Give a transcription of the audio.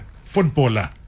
footballer